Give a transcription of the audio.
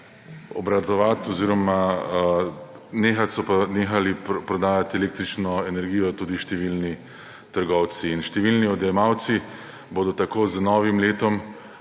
obratovati oziroma nehali so pa prodajati električno energijo številni trgovci. In številni odjemalci bodo tako z novim letom